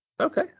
Okay